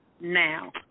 now